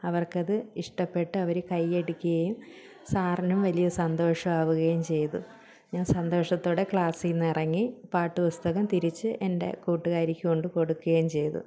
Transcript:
അവർക്കത് ഇഷ്ടപ്പെട്ട് അവർ കൈയ്യടിക്കുകയും സാറിനും വലിയ സന്തോഷമാവുകയും ചെയ്തു ഞാൻ സന്തോഷത്തോടെ ക്ലാസ്സിൽ നിന്നിറങ്ങി പാട്ടുപുസ്തകം തിരിച്ച് എൻ്റെ കൂട്ടുകാരിക്ക് കൊണ്ടുക്കൊടുക്കുകയും ചെയ്തു